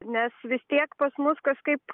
nes vis tiek pas mus kažkaip